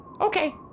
Okay